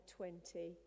20